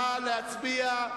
נא להצביע,